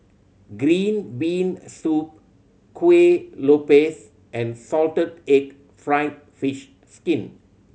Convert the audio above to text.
green bean soup Kuih Lopes and salted egg fried fish skin